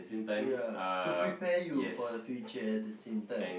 ya to prepare you for the future at the same time